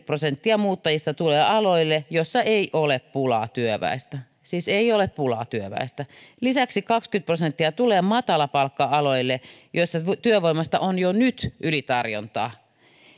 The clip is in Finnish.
prosenttia muuttajista tulee aloille joilla ei ole pulaa työväestä siis ei ole pulaa työväestä lisäksi kaksikymmentä prosenttia tulee matalapalkka aloille joilla työvoimasta on jo nyt ylitarjontaa